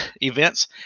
events